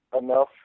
enough